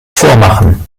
vormachen